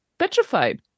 Petrified